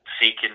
seeking